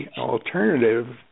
alternative